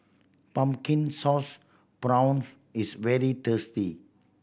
Pumpkin Sauce Prawns is very tasty